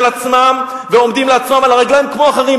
עצמם ועומדים לעצמם על הרגליים כמו אחרים,